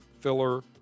filler